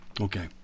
Okay